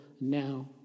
now